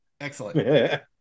Excellent